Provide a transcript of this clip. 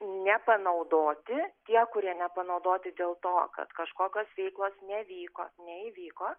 nepanaudoti tie kurie nepanaudoti dėl to kad kažkokios veiklos nevyko neįvyko